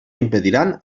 impediran